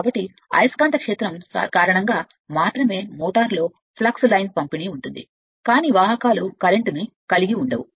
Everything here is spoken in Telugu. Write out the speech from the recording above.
కాబట్టి అయస్కాంత క్షేత్రం కారణంగా మోటారులో ఫ్లక్స్ లైన్ పంపిణీ మాత్రమే కాని వాహకాలు కరెంట్ కలిగి ఉండవు